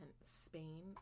Spain